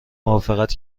موافقت